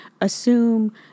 assume